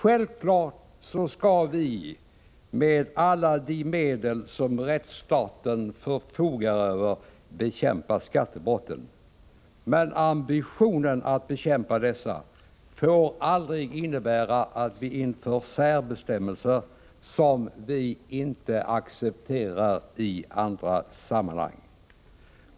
Självfallet skall vi med alla de medel som rättsstaten förfogar över bekämpa skattebrotten. Men ambitionen att bekämpa dessa får aldrig innebära att vi inför särbestämmelser, som vi inte accepterar i andra sammanhang.